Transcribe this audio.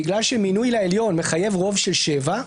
בגלל שמינוי לעליון מחייב רוב של שבעה,